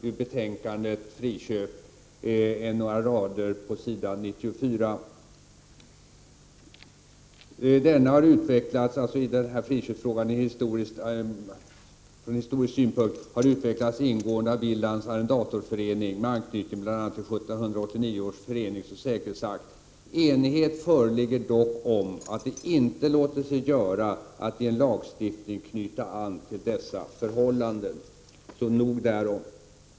I betänkandet Friköp vid historiska arrenden står på s. 94 att frågan om friköp från en historisk synpunkt ingående har utvecklats av Willands arrendatorförening med anknytning bl.a. till 1789 års föreningsoch säkerhetsakt. Vidare står: Enighet föreligger dock om att det inte låter sig göra att i lagstiftning knyta an till dessa förhållanden. Nog därom.